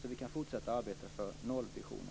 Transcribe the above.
så att vi kan fortsätta att arbeta för nollvisionen.